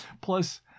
Plus